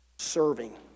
Serving